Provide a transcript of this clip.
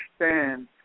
understand